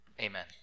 Amen